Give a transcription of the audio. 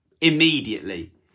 Immediately